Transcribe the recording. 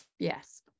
Yes